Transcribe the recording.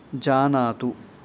जानातु